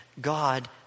God